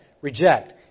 reject